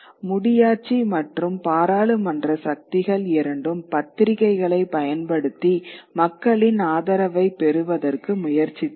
முடியாட்சி மற்றும் பாராளுமன்ற சக்திகள் இரண்டும் பத்திரிகைகளை பயன்படுத்தி மக்களின் ஆதரவை பெறுவதற்கு முயற்சித்தன